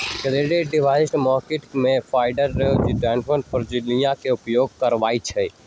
credit derivatives market में difference rate जइसन्न प्रणालीइये के उपयोग करइछिए